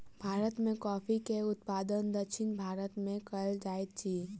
भारत में कॉफ़ी के उत्पादन दक्षिण भारत में कएल जाइत अछि